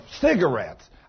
cigarettes